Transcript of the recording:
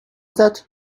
that